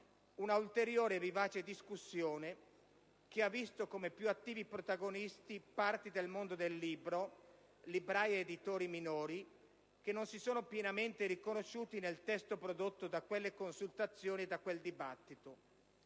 una ulteriore e vivace discussione che ha visto tra i più attivi protagonisti parti del mondo del libro, librai ed editori minori, che non si sono pienamente riconosciuti nel testo prodotto da quelle consultazioni e da quel dibattito.